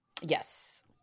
Yes